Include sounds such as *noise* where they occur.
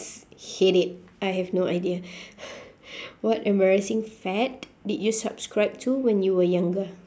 hate it I have no idea *breath* what embrassing fad did you subscribe to when you were younger